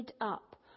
up